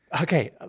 Okay